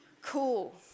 cool